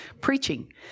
preaching